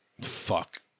fuck